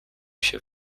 się